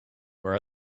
were